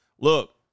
Look